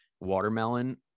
watermelon